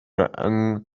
yng